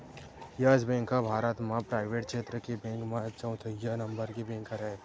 yes Bank ह भारत म private छेत्र के बेंक म चउथइया नंबर के बेंक हरय